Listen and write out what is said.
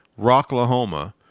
Rocklahoma